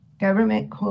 government